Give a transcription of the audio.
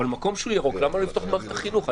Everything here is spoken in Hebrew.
אבל מקום שהוא ירוק למה לא לפתוח את מערכת החינוך?